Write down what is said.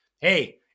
Hey